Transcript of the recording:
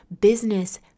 business